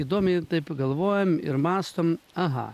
įdomiai taip galvojam ir mąstom aha